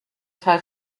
teil